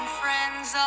friends